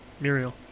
Muriel